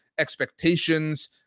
expectations